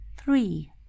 Three